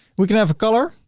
we can have a color.